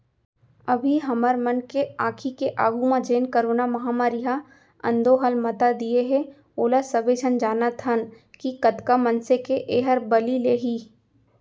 अभी हमर मन के आंखी के आघू म जेन करोना महामारी ह अंदोहल मता दिये हे ओला सबे झन जानत हन कि कतका मनसे के एहर बली लेही